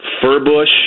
Furbush